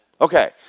Okay